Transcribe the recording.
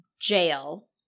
jail